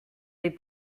les